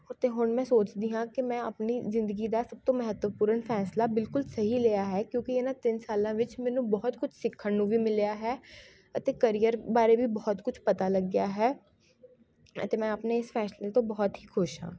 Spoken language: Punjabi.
ਅਤੇ ਹੁਣ ਮੈਂ ਸੋਚਦੀ ਹਾਂ ਕਿ ਮੈਂ ਆਪਣੀ ਜ਼ਿੰਦਗੀ ਦਾ ਸਭ ਤੋਂ ਮਹੱਤਵਪੂਰਨ ਫੈਸਲਾ ਬਿਲਕੁਲ ਸਹੀ ਲਿਆ ਹੈ ਕਿਉਂਕਿ ਇਹਨਾਂ ਤਿੰਨ ਸਾਲਾਂ ਵਿੱਚ ਮੈਨੂੰ ਬਹੁਤ ਕੁਝ ਸਿੱਖਣ ਨੂੰ ਵੀ ਮਿਲਿਆ ਹੈ ਅਤੇ ਕਰੀਅਰ ਬਾਰੇ ਵੀ ਬਹੁਤ ਕੁਛ ਪਤਾ ਲੱਗਿਆ ਹੈ ਅਤੇ ਮੈਂ ਆਪਣੇ ਇਸ ਫੈਸਲੇ ਤੋਂ ਬਹੁਤ ਹੀ ਖੁਸ਼ ਹਾਂ